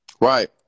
Right